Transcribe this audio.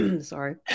sorry